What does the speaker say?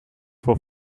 for